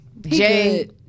Jay